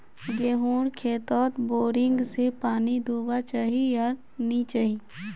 गेँहूर खेतोत बोरिंग से पानी दुबा चही या नी चही?